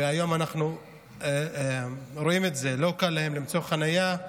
והיום אנחנו רואים את זה, לא קל להם למצוא חניה,